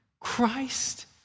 Christ